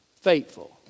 faithful